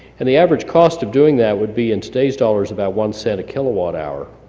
and the average cost of doing that would be in today's dollars about one cent a kilowatt hour.